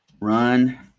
run